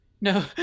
No